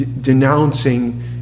denouncing